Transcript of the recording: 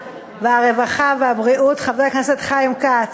הרווחה והבריאות חבר הכנסת חיים כץ.